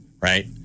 right